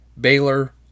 Baylor